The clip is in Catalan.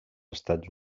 estats